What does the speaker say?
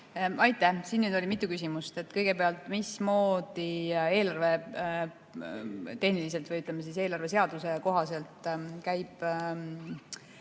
Aitäh! Siin nüüd oli mitu küsimust. Kõigepealt, mismoodi eelarvetehniliselt või, ütleme, eelarveseaduse kohaselt käib